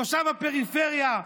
תושב הפריפריה,